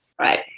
right